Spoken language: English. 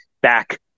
back